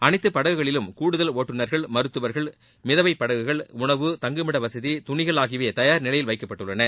அனைத்து படகுகளிலும் கூடுதல் ஒட்டுநர்கள் மருத்துவர்கள் மிதவை படகுகள் உணவு தங்குமிட வசதி துணிகள் ஆகியவை தயார் நிலையில் வைக்கப்பட்டுள்ளன